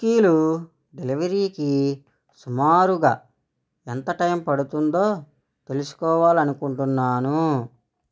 కుక్కీలు డెలివరీకి సుమారుగా ఎంత టైం పడుతుందో తెలుసుకోవాలనుకుంటున్నాను